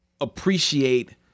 appreciate